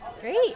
Great